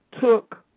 took